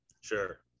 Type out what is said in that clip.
sure